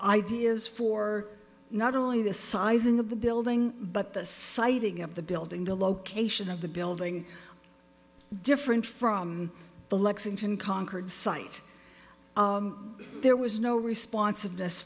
ideas for not only the sizing of the building but the sighting of the building the location of the building different from the lexington concord site there was no respons